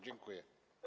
Dziękuję.